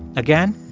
again,